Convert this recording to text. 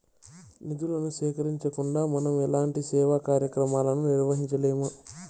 నిధులను సేకరించకుండా మనం ఎలాంటి సేవా కార్యక్రమాలను నిర్వహించలేము